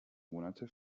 monate